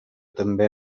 també